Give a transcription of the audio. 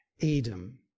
Edom